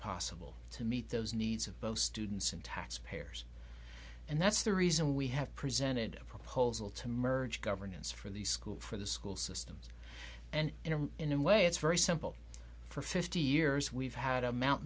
possible to meet those needs of both students and taxpayers and that's the reason we have presented a proposal to merge governance for the school for the school systems and in a way it's very simple for fifty years we've had a